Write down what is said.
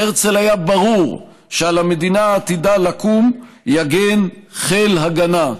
להרצל היה ברור שעל המדינה העתידה לקום יגן חיל הגנה,